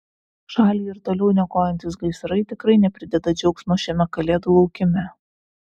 šalį ir toliau niokojantys gaisrai tikrai neprideda džiaugsmo šiame kalėdų laukime